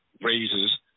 raises